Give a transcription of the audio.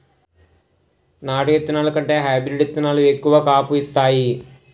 నాటు ఇత్తనాల కంటే హైబ్రీడ్ ఇత్తనాలు ఎక్కువ కాపు ఇత్తాయి